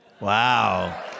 Wow